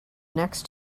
next